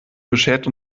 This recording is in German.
beschert